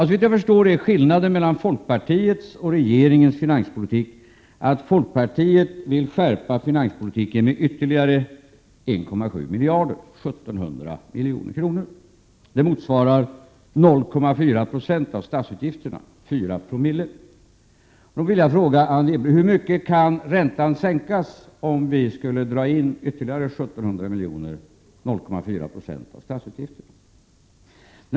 Såvitt jag förstår är skillnaden mellan folkpartiets och regeringens finanspolitik att folkpartiet vill skärpa finanspolitiken med ytterligare 1,7 miljarder — 1 700 milj.kr. Det motsvarar 0,4 Jo — 4 Joo — av statsutgifterna. Jag vill därför fråga Anne Wibble: Hur mycket kan räntan sänkas, om vi skulle dra in ytterligare 1 700 milj.kr., alltså 0,4 90 av statsutgifterna?